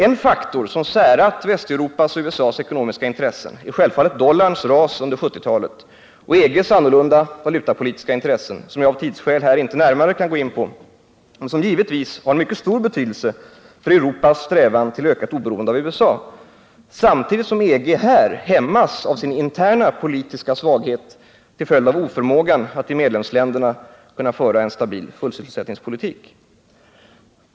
En faktor som särat Västeuropas och USA:s ekonomiska intressen är självfallet dollarns ras under 1970-talet och EG:s annorlunda valutapolitiska intressen, som jag av tidsskäl här inte närmare kan gå in på men som givetvis har mycket stor betydelse för Europas strävan till ökat oberoende av USA —- samtidigt som EG här hämmas av sin interna politiska svaghet till följd av oförmågan att i medlemsländerna föra en stabil fullsysselsättningspolitik.